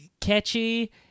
catchy